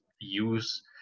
use